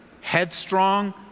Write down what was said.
headstrong